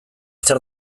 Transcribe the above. zer